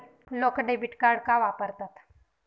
लोक debit card का वापरतात?